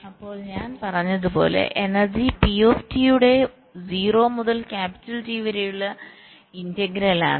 അപ്പോൾ ഞാൻ പറഞ്ഞതുപോലെ എനർജി P യുടെ 0 മുതൽ ക്യാപിറ്റൽ T വരെയുള്ള ഇന്റഗ്രൽ ആണ്